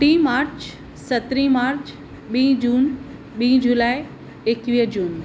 टे मार्च सत्रहीं मार्च ॿीं जून ॿीं जुलाई एकवीह जून